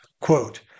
Quote